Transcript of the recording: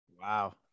Wow